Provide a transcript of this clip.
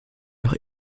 noch